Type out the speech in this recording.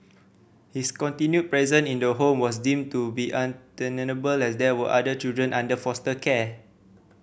his continued present in the home was deemed to be untenable as there were other children under foster care